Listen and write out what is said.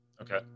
okay